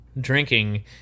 drinking